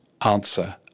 answer